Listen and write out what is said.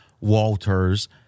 Walters